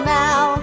now